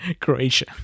Croatia